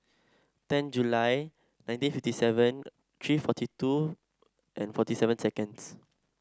ten July nineteen fifty seven three forty two and forty seven seconds